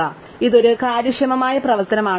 അതിനാൽ ഇതൊരു കാര്യക്ഷമമായ പ്രവർത്തനമാണ്